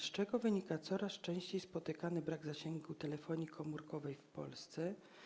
Z czego wynika coraz częściej spotykany problem braku zasięgu telefonii komórkowej w Polsce?